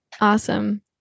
Awesome